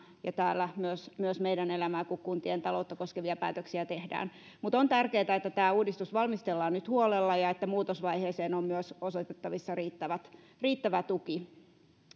ja täällä myös myös meidän elämäämme kun kuntien taloutta koskevia päätöksiä teemme mutta on tärkeätä että tämä uudistus valmistellaan nyt huolella ja että muutosvaiheeseen on myös osoitettavissa riittävä tuki